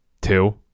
two